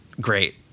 great